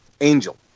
angel